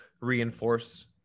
reinforce